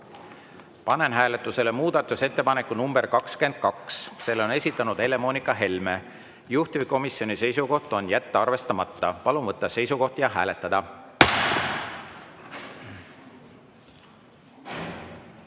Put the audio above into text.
Aitäh! Panen hääletusele muudatusettepaneku nr 22. Selle on esitanud Helle-Moonika Helme, juhtivkomisjoni seisukoht on jätta arvestamata. Palun võtta seisukoht ja hääletada!